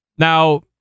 Now